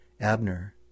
Abner